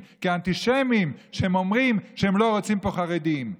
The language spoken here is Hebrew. כאנטישמים כשהם אומרים שהם לא רוצים פה חרדים.